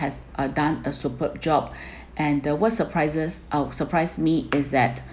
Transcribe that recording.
has uh done a superb job and the what's surprises uh surprised me is that